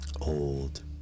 Old